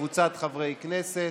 וקבוצת חברי הכנסת.